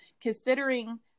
Considering